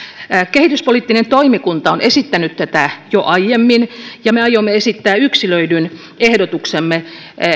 kehityspoliittinen toimikunta on esittänyt tätä jo aiemmin ja me aiomme esittää yksilöidyn ehdotuksemme